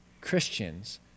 Christians